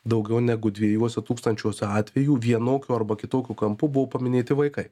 daugiau negu dviejuose tūkstančiuose atvejų vienokiu arba kitokiu kampu buvo paminėti vaikai